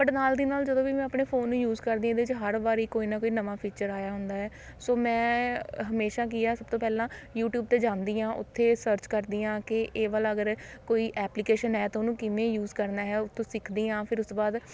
but ਨਾਲ ਦੀ ਨਾਲ ਜਦੋਂ ਵੀ ਮੈਂ ਆਪਣੇ ਫੋਨ ਨੂੰ ਯੂਜ਼ ਕਰਦੀ ਹਾਂ ਇਹਦੇ 'ਚ ਹਰ ਵਾਰੀ ਕੋਈ ਨਾ ਕੋਈ ਨਵਾਂ ਫੀਚਰ ਆਇਆ ਹੁੰਦਾ ਹੈ ਸੋ ਮੈਂ ਹਮੇਸ਼ਾ ਕੀ ਹੈ ਸਭ ਤੋਂ ਪਹਿਲਾਂ ਯੂਟਿਊਬ 'ਤੇ ਜਾਂਦੀ ਹਾਂ ਉੱਥੇ ਸਰਚ ਕਰਦੀ ਹਾਂ ਕਿ ਇਹ ਵਾਲਾ ਅਗਰ ਕੋਈ ਐਪਲੀਕੇਸ਼ਨ ਹੈ ਤਾਂ ਉਹਨੂੰ ਕਿਵੇਂ ਯੂਜ਼ ਕਰਨਾ ਹੈ ਉਤੋਂ ਸਿੱਖਦੀ ਹਾਂ ਫਿਰ ਉਸ ਤੋਂ ਬਾਅਦ